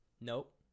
nope